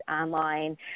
online